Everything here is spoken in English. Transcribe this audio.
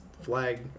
flag